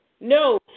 No